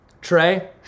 Trey